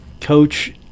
coach